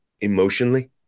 emotionally